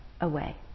away